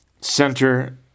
center